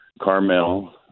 Carmel